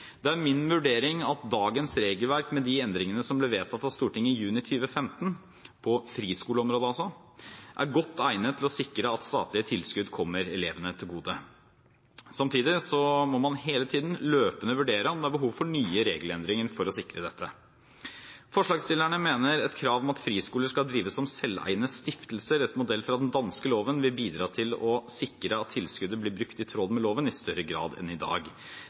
Det er min vurdering at dagens regelverk, med de endringene som ble vedtatt at Stortinget i juni 2015 på friskoleområdet, er godt egnet til å sikre at statlige tilskudd kommer elevene til gode. Samtidig må man hele tiden løpende vurdere om det er behov for nye regelendringer for å sikre dette. Forslagsstillerne mener et krav om at friskoler skal drives som selveiende stiftelser etter modell av den danske loven, vil bidra til å sikre at tilskuddet blir brukt i tråd med loven i større grad enn i dag.